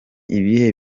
ibihe